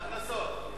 מהכנסות.